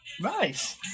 Nice